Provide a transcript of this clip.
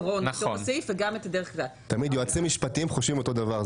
תמיד יועצים משפטיים חושבים אותו דבר.